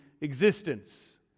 existence